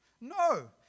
no